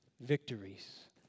victories